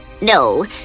No